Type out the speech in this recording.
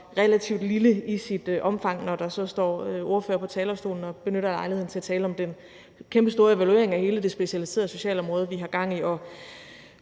relativt lille i sit omfang, når der så står ordførere på talerstolen og benytter lejligheden til at tale om hele den kæmpestore evaluering af hele det specialiserede socialområde, vi har gang i.